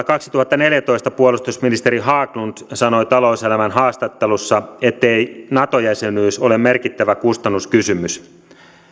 kaksituhattaneljätoista puolustusministeri haglund sanoi talouselämän haastattelussa ettei nato jäsenyys ole merkittävä kustannuskysymys